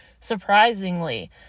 surprisingly